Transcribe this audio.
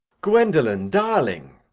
gwendolen! darling!